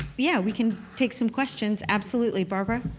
yeah, we can take some questions, absolutely, barbara?